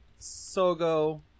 Sogo